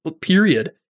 period